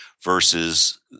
versus